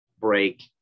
break